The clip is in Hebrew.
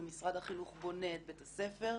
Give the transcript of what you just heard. ומשרד החינוך בונה את בית הספר,